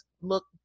look